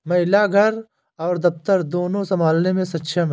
महिला घर और दफ्तर दोनो संभालने में सक्षम हैं